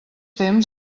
temps